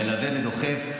מלווה ודוחף.